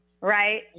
Right